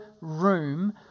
room